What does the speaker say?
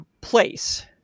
place